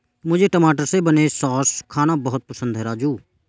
मुझे टमाटर से बने सॉस खाना बहुत पसंद है राजू